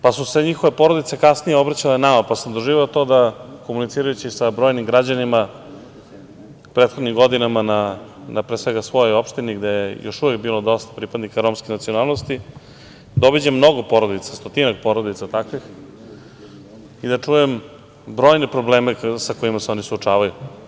Pa, su se njihove porodice kasnije obraćale nama, pa sam doživeo to da komunicirajući sa brojnim građanima, u prethodnim godinama na pre svega svojoj opštini gde je još uvek bilo dosta pripadnika romske nacionalnosti, da obiđem mnogo porodica, stotinak porodica takvih i da čujem brojne probleme sa kojima se oni suočavaju.